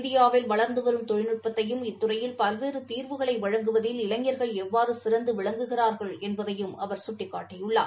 இந்தியாவில் வளர்ந்து வரும் தொழில்நுட்பத்தையும் இத்துறையில் பல்வேறு தீர்வுகளை வழங்குவதில் இளைஞர்கள் எவ்வாறு சிறந்து விளங்குகிறார்கள் என்பதையும் அவர் சுட்டிக்காட்டியுள்ளார்